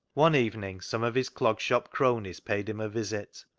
one evening some of his clog shop cronies paid him a visit.